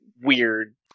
weird